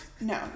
No